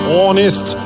honest